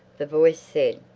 the voice said,